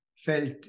felt